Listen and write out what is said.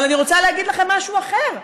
אבל אני רוצה להגיד לכם משהו אחר.